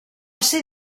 ser